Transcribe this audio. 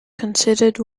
considered